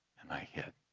and i hid.